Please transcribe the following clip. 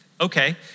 Okay